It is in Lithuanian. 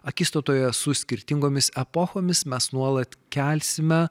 akistatoje su skirtingomis epochomis mes nuolat kelsime